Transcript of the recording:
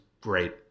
great